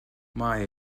mae